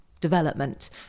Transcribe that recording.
development